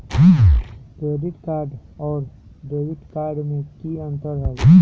Credit card और debit card में की अंतर हई?